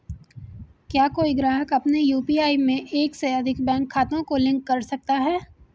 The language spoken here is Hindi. क्या कोई ग्राहक अपने यू.पी.आई में एक से अधिक बैंक खातों को लिंक कर सकता है?